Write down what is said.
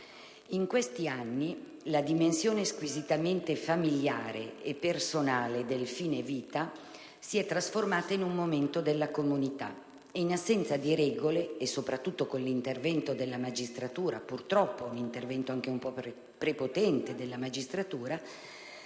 In questi anni la dimensione squisitamente familiare e personale del fine vita si è trasformata in un momento della comunità che, in assenza di regole e soprattutto per l'intervento purtroppo anche un po' prepotente della magistratura,